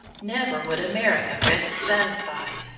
never would america rest satisfied,